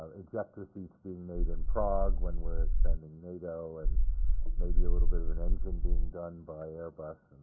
ejector seats being made in prague, when we're expanding nato, and maybe a little bit of an engine being done by airbus.